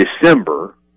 December